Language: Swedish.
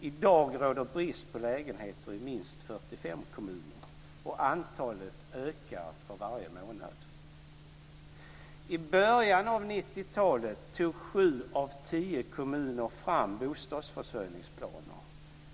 I dag råder det brist på lägenheter i minst 45 kommuner och det antalet ökar för varje månad. I början av 90-talet tog 7 av 10 kommuner fram bostadsförsörjningsplaner.